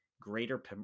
greater